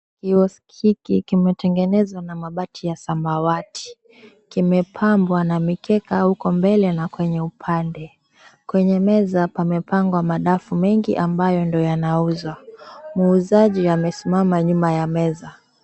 Kioski hiki kimetengenezwa na mabati ya samawati. Kimepambwa na mikeka huko mbele na kwenye upande. Kwenye meza pamepangwa madafu mengi ambayo ndo yanauzwa. Muuzaji amesimama nyuma ya meza.